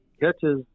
catches